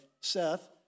Seth